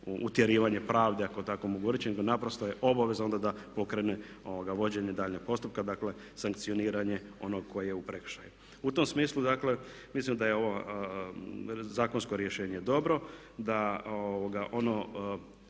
utjerivanje pravde ako tako mogu reći nego naprosto je obvezna onda da pokrene vođenje daljnjeg postupka, dakle sankcioniranje onog koji je u prekršaju. U tom smislu dakle mislim da je ovo zakonsko rješenje dobro, da ono